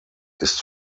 ist